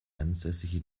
ansässige